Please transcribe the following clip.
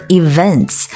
events，